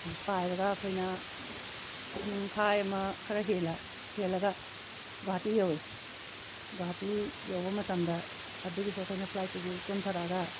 ꯄꯥꯏꯔꯒ ꯑꯩꯈꯣꯏꯅ ꯄꯨꯡꯈꯥꯏ ꯑꯃ ꯈꯔ ꯍꯦꯜꯂ ꯍꯦꯜꯂꯒ ꯒꯨꯋꯥꯍꯥꯇꯤ ꯌꯧꯋꯤ ꯒꯨꯋꯥꯍꯥꯇꯤ ꯌꯧꯕ ꯃꯇꯝꯗ ꯑꯗꯒꯤꯁꯨ ꯑꯩꯈꯣꯏꯅ ꯐ꯭ꯂꯥꯏꯠꯇꯒꯤ ꯀꯨꯝꯊꯔꯛꯑꯒ